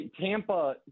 Tampa